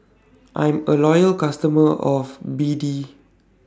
I'm A Loyal customer of B D